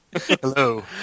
Hello